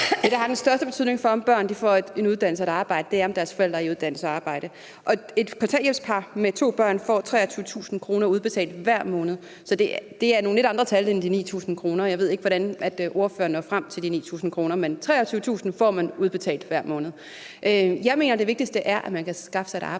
der har den største betydning for, om børn får en uddannelse og et arbejde, er, om deres forældre har fået en uddannelse og har et arbejde, og et kontanthjælpspar med to børn får 23.000 kr. udbetalt hver måned, så det er nogle lidt andre tal end de 9.000 kr. Jeg ved ikke, hvordan ordføreren når frem til de 9.000 kr. 23.000 kr. får man udbetalt hver måned. Jeg mener, det vigtigste er, at man kan skaffe sig et arbejde.